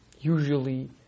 usually